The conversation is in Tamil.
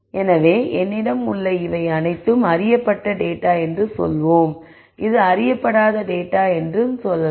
எனவே என்னிடம் உள்ள இவை அனைத்தும் அறியப்பட்ட டேட்டா என்று சொல்லலாம் இது அறியப்படாத டேட்டா என்று சொல்லலாம்